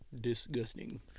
disgusting